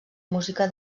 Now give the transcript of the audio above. música